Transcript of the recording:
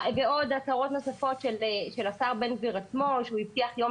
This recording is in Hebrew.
הצהרות נוספות של השר בן גביר עצמו שהבטיח יום